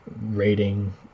rating